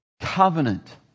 covenant